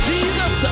Jesus